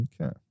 Okay